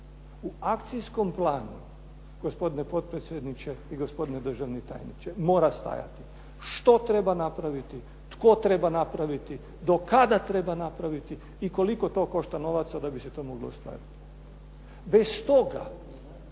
U akcijskom planu, gospodine potpredsjedniče i gospodine državni tajniče, mora stajati što treba napraviti, tko treba napraviti, do kada treba napraviti i koliko to košta novaca da bi se to moglo ostvariti.